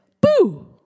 boo